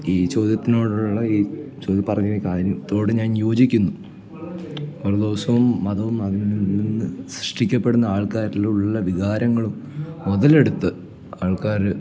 ഈ ചോദ്യത്തിനോടുള്ള ഈ പറഞ്ഞൊരു കാര്യത്തോട് ഞാൻ യോജിക്കുന്നു ഓരോ ദിവസവും മതവും അതിൽനിന്ന് സൃഷ്ടിക്കപ്പെടുന്ന ആൾക്കാരിൽ ഉള്ള വികാരങ്ങളും മുതലെടുത്ത് ആൾക്കാർ